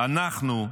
אנחנו,